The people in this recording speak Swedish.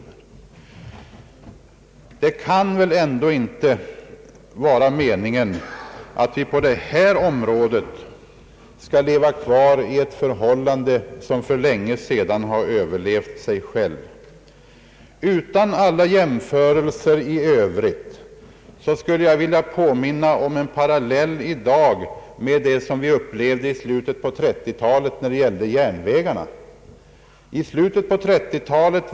Det kan väl ändå inte vara meningen att vi på det här området skall fortsätta med något som för länge sedan har överlevt sig självt. Utan alla jämförelser i övrigt skulle jag vilja dra en parallell med situationen i fråga om järnvägarna i slutet av 1930-talet.